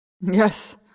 Yes